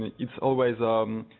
it's always um